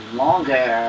longer